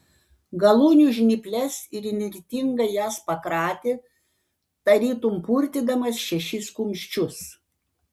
galūnių žnyples ir įnirtingai jas pakratė tarytum purtydamas šešis kumščius